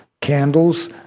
candles